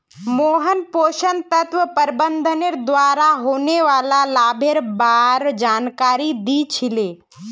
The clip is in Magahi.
मोहन पोषण तत्व प्रबंधनेर द्वारा होने वाला लाभेर बार जानकारी दी छि ले